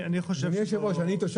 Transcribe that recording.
אדוני היושב-ראש, אני תושב